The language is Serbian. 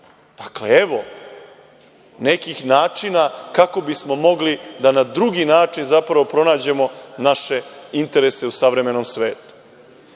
evo nekih načina kako bismo mogli da na drugi način zapravo pronađemo naše interese u savremenom svetu.